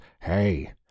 hey